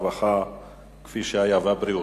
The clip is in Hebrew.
הרווחה והבריאות,